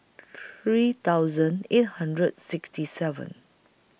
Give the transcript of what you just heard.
three thousand eight hundred sixty seven